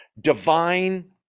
divine